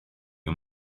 ond